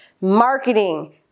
marketing